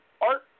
art